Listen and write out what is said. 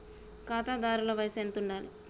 ఖాతాదారుల వయసు ఎంతుండాలి?